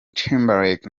timberlake